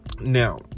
Now